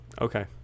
okay